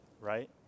right